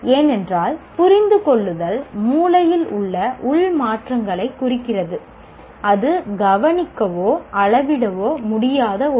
ஏனென்றால் புரிந்துகொள்ளுதல் மூளையில் உள்ள உள் மாற்றங்களைக் குறிக்கிறது இது கவனிக்கவோ அளவிடவோ முடியாத ஒன்று